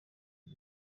ari